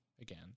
again